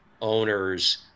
owners